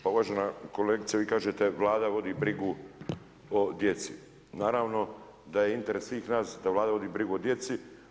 Pa uvažena kolegice vi kažete Vlada vodi brigu o djeci, naravno da je interes svih nas da Vlada vodi brigu o djeci.